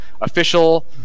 official